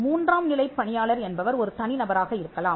மூன்றாம் நிலைப் பணியாளர் என்பவர் ஒரு தனி நபராக இருக்கலாம்